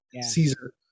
caesar